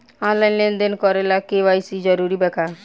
Online लेन देन करे ला के.वाइ.सी जरूरी बा का?